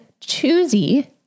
choosy